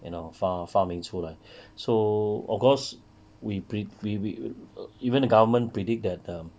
you know 发发明出来 so of course we we we we even the government predict that um